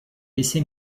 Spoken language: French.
laissé